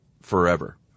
forever